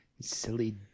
silly